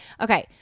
Okay